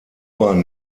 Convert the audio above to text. bahn